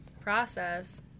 process